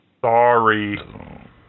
Sorry